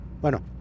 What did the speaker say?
Bueno